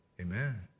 Amen